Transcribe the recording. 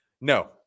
No